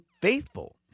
faithful